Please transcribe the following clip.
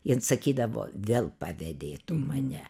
jin sakydavo vėl pavedei tu mane